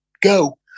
go